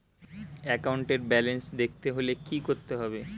একাউন্টের ব্যালান্স দেখতে হলে কি করতে হবে?